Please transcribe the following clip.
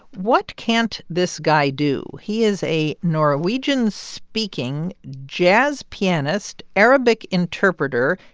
what can't this guy do? he is a norwegian-speaking, jazz pianist, arabic interpreter,